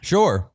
Sure